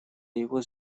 его